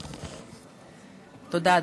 תודה.